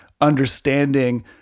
understanding